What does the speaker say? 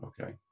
Okay